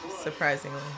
surprisingly